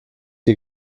die